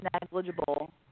negligible